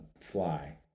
fly